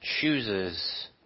chooses